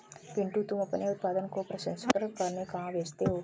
पिंटू तुम अपने उत्पादन को प्रसंस्करण करने कहां भेजते हो?